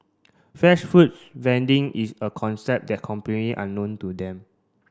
fresh food vending is a concept that completely unknown to them